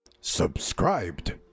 Subscribed